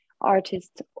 artists